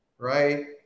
right